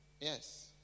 Yes